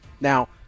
Now